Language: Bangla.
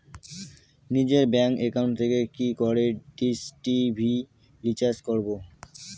নিজের ব্যাংক একাউন্ট থেকে কি করে ডিশ টি.ভি রিচার্জ করবো?